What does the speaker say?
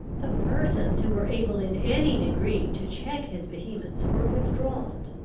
the persons who were able in any degree to check his vehemence were withdrawn.